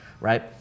right